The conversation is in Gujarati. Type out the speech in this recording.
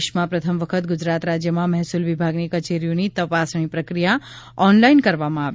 દેશમાં પ્રથમ વખત ગુજરાત રાજ્યમાં મહેસૂલ વિભાગની કચેરીઓની તપાસણી પ્રક્રિયા ઓનલાઇન કરવામાં આવી